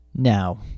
Now